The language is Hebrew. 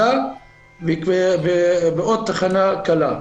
ותחנה קלה.